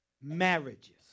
marriages